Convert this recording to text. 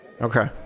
Okay